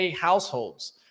households